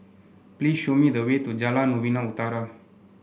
please show me the way to Jalan Novena Utara